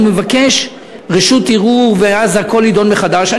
הוא מבקש רשות ערעור, ואז הכול יידון מחדש.